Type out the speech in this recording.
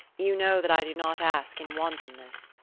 you know that i do not ask in wantonness.